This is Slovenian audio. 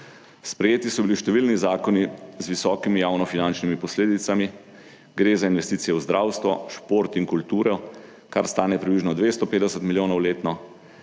Sprejeti so bili številni zakoni z visokimi javnofinančnimi posledicami. Gre za investicije v zdravstvo, šport in kulturo, kar stane približno 250 milijonov letno.